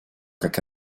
как